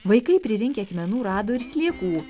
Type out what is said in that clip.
vaikai pririnkę akmenų rado ir sliekų